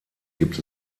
gibt